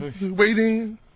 waiting